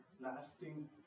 lasting